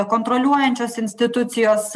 kontroliuojančios institucijos